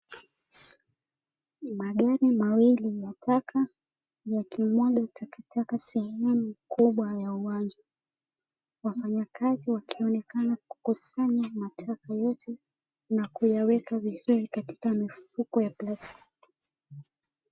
Magari mawili ya taka yakimwaga takataka sehemu kubwa ya uwanja wafanyakazi, wakionekana kukusanya mataka yote kuyaweka na vizuri katika mifuko ya plastiki.